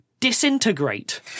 disintegrate